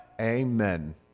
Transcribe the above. Amen